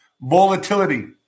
Volatility